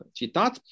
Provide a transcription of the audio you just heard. citat